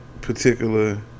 particular